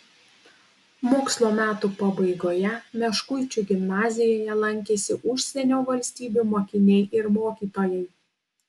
mokslo metų pabaigoje meškuičių gimnazijoje lankėsi užsienio valstybių mokiniai ir mokytojai